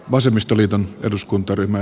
vasemmistoliiton eduskuntaryhmä